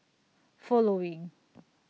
following